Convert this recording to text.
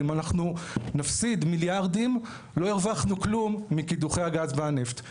אם אנחנו נפסיד מיליארדים לא הרווחנו כלום מקידוחי הגז והנפט.